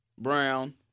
Brown